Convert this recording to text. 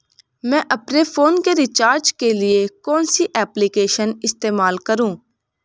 मैं अपने फोन के रिचार्ज के लिए कौन सी एप्लिकेशन इस्तेमाल करूँ?